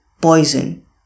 Poison